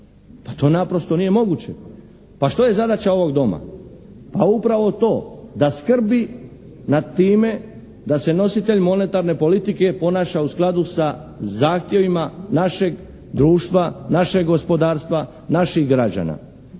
To naprosto nije moguće. Pa što je zadaća ovog Doma? Pa upravo to da skrbi nad time da se nositelj monetarne politike ponaša u skladu sa zahtjevima našeg društva, našeg gospodarstva, naših građana.